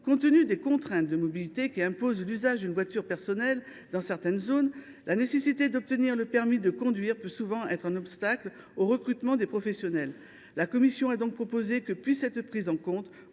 Compte tenu des contraintes de mobilité, qui imposent l’usage d’une voiture personnelle dans certaines zones, la nécessité d’être détenteur du permis de conduire peut souvent constituer un obstacle au recrutement des professionnels. La commission a donc proposé que puissent être prises en compte,